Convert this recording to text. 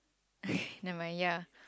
nevermind ya